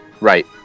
right